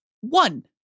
one